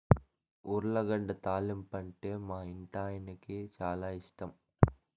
ఉర్లగడ్డ తాలింపంటే మా ఇంటాయనకి చాలా ఇష్టం